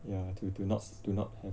ya to to not to not have